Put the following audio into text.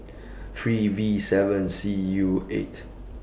three V seven C U eight